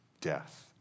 death